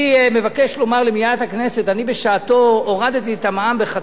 אני מבקש לומר למליאת הכנסת: אני בשעתי הורדתי את המע"מ ב-0.5%,